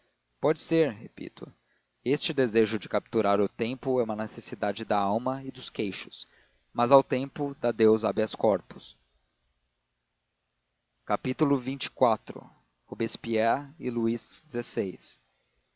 pode ser repito este desejo de capturar o tempo é uma necessidade da alma e dos queixos mas ao tempo dá deus habeas corpus xxiv robespierre e luís xvi